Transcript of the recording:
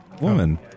woman